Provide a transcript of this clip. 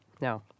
No